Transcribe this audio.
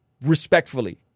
respectfully